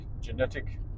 genetic